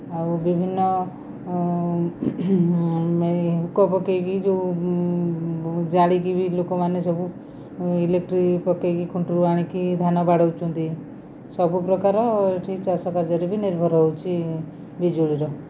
ଆଉ ବିଭିନ୍ନ ଏଇ ହୁକ୍ ପକେଇକି ଯେଉଁ ଜାଳିକି ବି ଲୋକମାନେ ସବୁ ଇଲେକ୍ଟ୍ରିକ୍ ପକେଇକି ଖୁଣ୍ଟରୁ ଆଣିକି ଧାନ ବାଡ଼ଉଛନ୍ତି ସବୁ ପ୍ରକାର ଏଇଠି ଚାଷ କାର୍ଯ୍ୟରେ ବି ନିର୍ଭର ହେଉଛି ବିଜୁଳିର